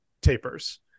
tapers